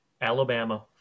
Alabama